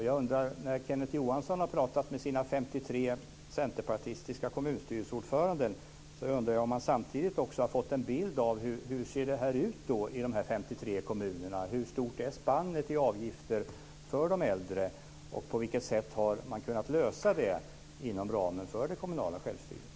Jag undrar om Kenneth Johansson när han har pratat med sina 53 centerpartistiska kommunstyrelseordförande också har fått en bild av hur det ser ut i deras 53 kommuner. Hur stort är spannet när det gäller avgifter för de äldre, och på vilket sätt har man kunnat åtgärda det inom ramen för det kommunala självstyret?